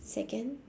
second